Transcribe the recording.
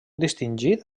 distingit